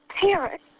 parents